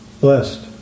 blessed